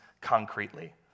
concretely